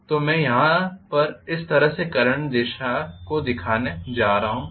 तो मैं यहाँ पर इस तरह से करंट दिशा को दिखाने जा रहा हूँ